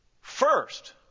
first